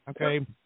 okay